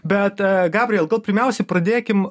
bet gabriel gal pirmiausia pradėkim